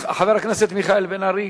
חבר הכנסת מיכאל בן-ארי,